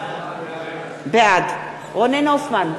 בעד רונן הופמן,